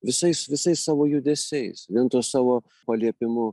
visais visais savo judesiais vien tuo savo paliepimu